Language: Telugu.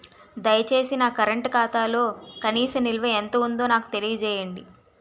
దయచేసి నా కరెంట్ ఖాతాలో కనీస నిల్వ ఎంత ఉందో నాకు తెలియజేయండి